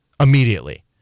immediately